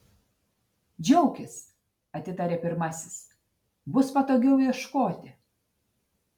džiaukis atitarė pirmasis bus patogiau ieškoti